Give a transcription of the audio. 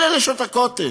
אלה נשות הכותל.